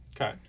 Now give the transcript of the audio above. Okay